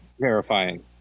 terrifying